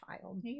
Child